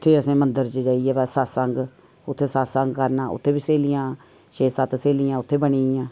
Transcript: उत्थैं असें मंदर च जाइयै बस सतसंग उत्थैं सतसंग करना उत्थैं बी स्हेलियां छे सत्त स्हेलियां उत्थैं बनी गेइयां